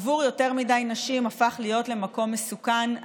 עבור יותר מדי נשים הפך להיות למקום מסוכן,